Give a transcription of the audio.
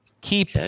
Keep